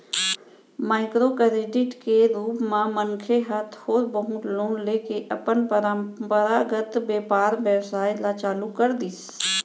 micro credit के रुप म मनखे ह थोर बहुत लोन लेके अपन पंरपरागत बेपार बेवसाय ल चालू कर दिस